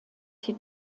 die